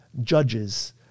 Judges